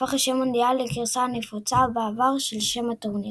הפך השם "מונדיאל" לגרסה הנפוצה בעברית של שם הטורניר.